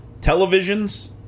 Televisions